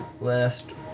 last